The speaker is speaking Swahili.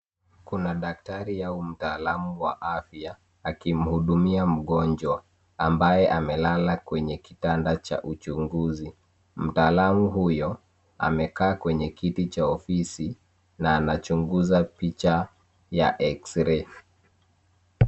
Kuna daktari au mtaalamu wa afya akimhudumia mgonjwa ambaye amelala kwenye kitanda cha uchunguzi. Mtaalamu huyo amekaa kwenye kiti cha ofisi na anachunguza picha ya eksirei.